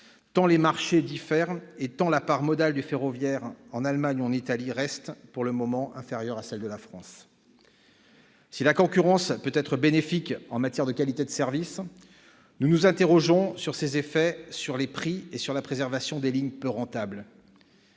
tant les marchés diffèrent, la part modale du ferroviaire en Allemagne ou en Italie restant, pour le moment, inférieure à celle de la France. Si la concurrence peut être bénéfique en matière de qualité de service, nous nous interrogeons sur ses effets à l'égard des prix et de la préservation des lignes peu rentables.